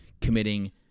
committing